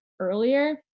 earlier